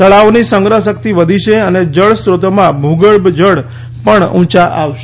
તળાવોની સંગ્રહશક્તિ વધી છે અને જળસ્રોતોમાં ભૂગર્ભ જળ પણ ઊંચા આવશે